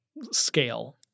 scale